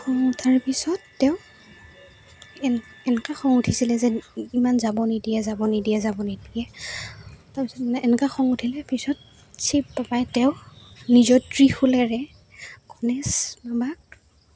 খং উঠাৰ পিছত তেওঁ এনেকুৱা খং উঠিছিলে যে ইমান যাব নিদিয়ে যাব নিদিয়ে যাব নিদিয়ে তাৰ পিছত এনেকুৱা খং উঠিলে পিছত শিৱ বাবাই তেওঁ নিজৰ ত্ৰিশূলেৰে গণেশ বাবাক